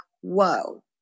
whoa